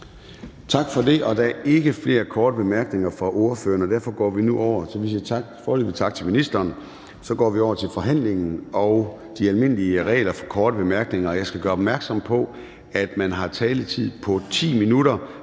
Tak for det. Der er ikke flere korte bemærkninger fra ordførerne, så vi siger foreløbig tak til ministeren. Så går vi over til forhandlingen og de almindelige regler for korte bemærkninger. Jeg skal gøre opmærksom på, at man har taletid på 10 minutter.